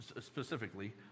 specifically